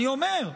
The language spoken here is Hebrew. אני אומר,